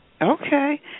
Okay